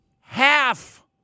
Half